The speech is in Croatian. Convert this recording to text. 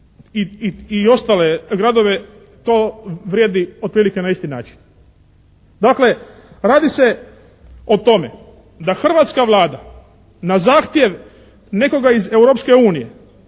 i ostale gradove to vrijedi otprilike na isti način. Dakle radi se o tome da hrvatska Vlada na zahtjev nekoga iz Europske unije